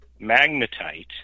magnetite